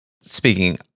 speaking